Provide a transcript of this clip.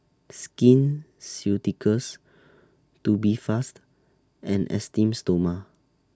Skin Ceuticals Tubifast and Esteem Stoma